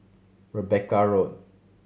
Rebecca Road